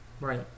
right